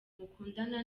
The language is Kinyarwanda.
mukundana